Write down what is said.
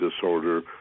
disorder